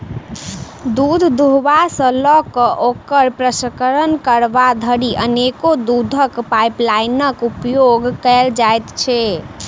दूध दूहबा सॅ ल क ओकर प्रसंस्करण करबा धरि अनेको दूधक पाइपलाइनक उपयोग कयल जाइत छै